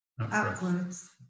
outwards